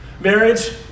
Marriage